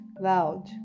loud